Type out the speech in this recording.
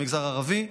למגזר הערבי.